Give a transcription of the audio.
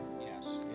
Yes